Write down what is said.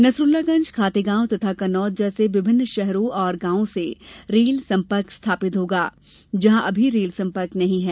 नसरुल्लागंज खातेगांव तथा कन्नौद जैसे विभिन्न शहरो और गांवों से रेल संपर्क स्थापित होगा जहां अभी रेल संपर्क नहीं है